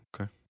Okay